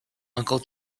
uncle